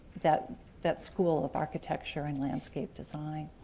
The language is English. that that school of architecture and landscape design.